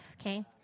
okay